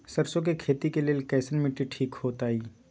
सरसों के खेती के लेल कईसन मिट्टी ठीक हो ताई?